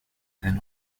sein